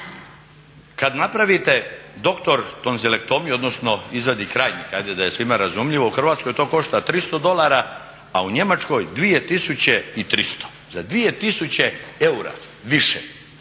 kad napravite doktor …/Govornik se ne razumije./… odnosno izvadi krajnike ajde da je svima razumljivo u Hrvatskoj to košta 300 dolara, a u Njemačkoj 2300. Za 2000 eura više